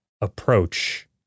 approach